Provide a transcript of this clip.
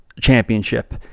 Championship